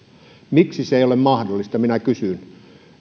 miksi se ei ole mahdollista minä kysyn